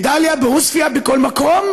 בדאליה, בעוספיא, בכל מקום.